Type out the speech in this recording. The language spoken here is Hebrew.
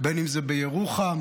בירוחם